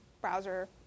browser